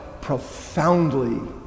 profoundly